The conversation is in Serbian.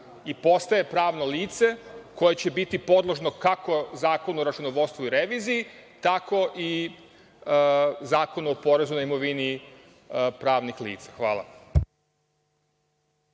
i postaje pravno lice koje će biti podložno kako Zakonu o računovodstvu i reviziji, tako i Zakonu o porezu na imovini pravnih lica. Hvala.